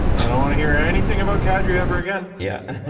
i don't want to hear anything about kadri ever again. yeah